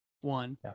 One